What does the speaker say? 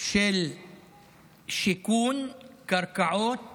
של שיכון, קרקעות